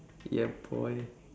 yeah boy